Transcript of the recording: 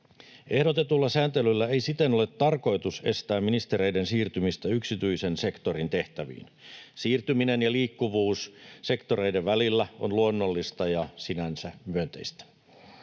Ehdotetulla sääntelyllä ei siten ole tarkoitus estää ministereiden siirtymistä yksityisen sektorin tehtäviin. Siirtyminen ja liikkuvuus sektoreiden välillä on luonnollista ja sinänsä myönteistä.